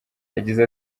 yagize